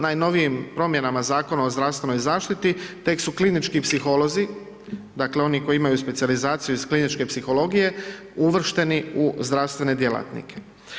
Najnovijim promjenama Zakona o zdravstvenoj zaštiti tek su klinički psiholozi, dakle oni koji imaju specijalizaciju iz kliničke psihologije uvršteni u zdravstvene djelatnike.